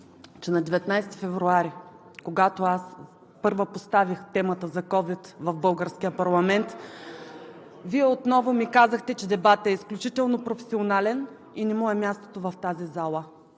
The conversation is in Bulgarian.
че на 19 февруари, когато аз първа поставих темата за ковид в българския парламент, Вие отново ми казахте, че дебатът е изключително професионален и не му е мястото в тази зала.